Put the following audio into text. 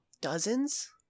Dozens